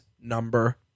number